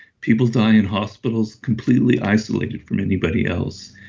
people dying in hospitals completely isolated from anybody else.